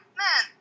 man